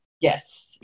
Yes